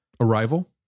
Arrival